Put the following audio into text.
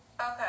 Okay